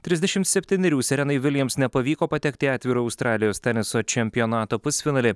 trisdešimt septynerių serenai vilijams nepavyko patekti į atvirą australijos teniso čempionato pusfinalį